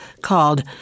called